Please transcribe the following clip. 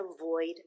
avoid